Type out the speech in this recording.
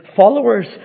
followers